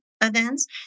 events